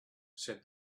said